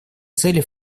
цели